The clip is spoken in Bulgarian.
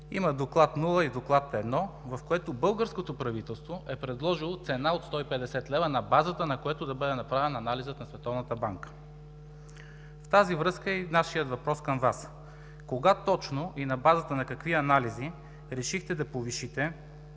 има Доклад нула и Доклад 1, в което българското правителство е предложило цена от 150 лв., на базата на което да бъде направен анализът на Световната банка. В тази връзка е и нашият въпрос към Вас: кога точно и на базата на какви анализи решихте да повишите